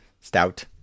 Stout